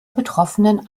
betroffenen